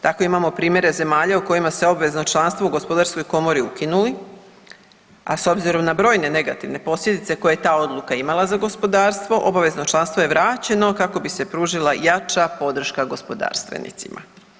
Tako imamo primjere zemalja u kojima se obvezno članstvo u gospodarskoj komori ukinuli, a s obzirom na brojne negativne posljedice koje je ta odluka imala za gospodarstvo obavezno članstvo je vraćeno kako bi se pružila jača podrška gospodarstvenicima.